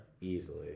Easily